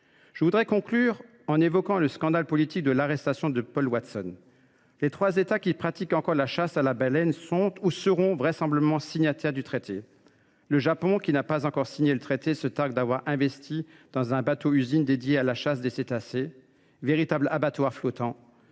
Je voudrais conclure en évoquant le scandale politique de l’arrestation de Paul Watson. Les trois États qui pratiquent encore la chasse à la baleine sont ou seront vraisemblablement signataires du traité. Le Japon, qui ne l’a pas encore signé, se targue d’avoir investi dans un bateau usine voué à la chasse aux cétacés, véritable abattoir flottant